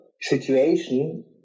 situation